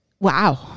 wow